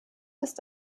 ist